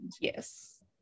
Yes